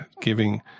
giving